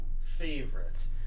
favorites